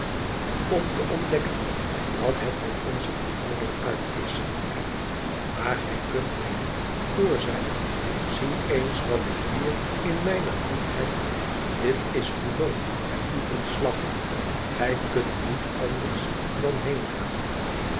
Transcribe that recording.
lom te ontdekken dat het met onze verhouding uit is hé maar gij kunt mij niet vr zijn zie eens wat ik hier in mijne hand heb dit is uw loon bij uw ontslag gij kunt niet anders dan